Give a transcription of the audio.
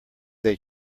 they